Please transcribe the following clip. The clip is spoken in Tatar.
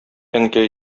әнкәй